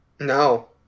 No